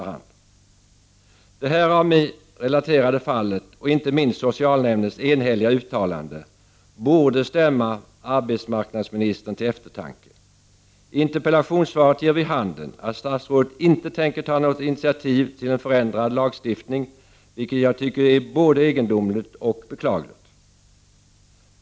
Det här av mig relaterade fallet och inte minst socialnämndens enhälliga uttalande borde stämma arbetsmarknadsministern till eftertanke. Interpellationssvaret ger vid handen att statsrådet inte tänker ta något initiativ till en förändrad lagstiftning, vilket jag tycker är mycket egendomligt och beklagligt.